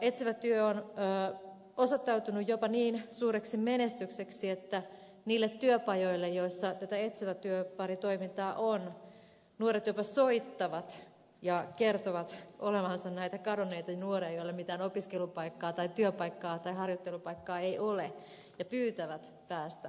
etsivä työ on osoittautunut jopa niin suureksi menestykseksi että niille työpajoille joissa tätä etsivä työpari toimintaa on nuoret jopa soittavat ja kertovat olevansa näitä kadonneita nuoria joilla mitään opiskelupaikkaa tai työpaikkaa tai harjoittelupaikkaa ei ole ja pyytävät päästä työpajoille